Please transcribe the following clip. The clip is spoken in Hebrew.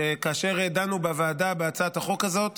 שכאשר דנו בוועדה בהצעת החוק הזאת